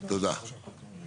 אני יכול להגיד,